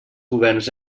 governs